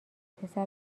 پسر